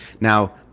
now